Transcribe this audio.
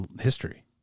history